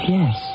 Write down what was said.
Yes